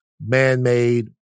man-made